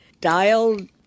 dialed